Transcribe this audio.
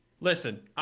Listen